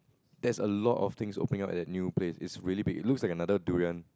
there's a lot of things opening up at that new place it's really big it looks like another durian